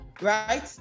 right